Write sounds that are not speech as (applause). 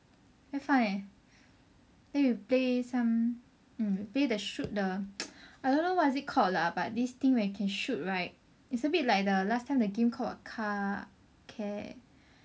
quite fun leh then we play some mm play the shoot the (noise) I don't know what it is called lah but this thing where you can shoot right it's a bit like the last time the game called car~ car~